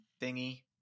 thingy